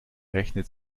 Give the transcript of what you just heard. rechnet